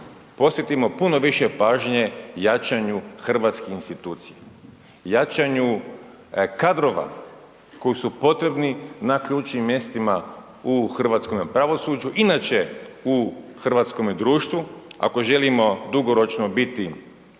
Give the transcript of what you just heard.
posvetimo puno više pažnje jačanju hrvatskih institucija, jačanju kadrova koji su potrebni na ključnim mjestima u hrvatskom pravosuđu, inače u hrvatskome društvu. Ako želimo dugoročno biti